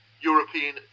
European